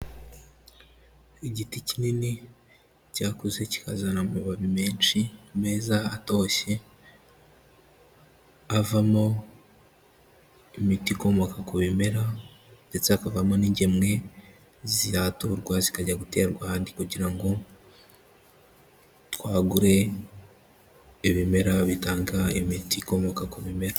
Igiti kinini cyakuze kikazana amababi menshi meza atoshye, avamo imiti ikomoka ku bimera ndetse hakavamo n'ingemwe zihaturwa zikajya gutera ahandi kugira ngo twagure ibimera bitanga imiti ikomoka ku bimera.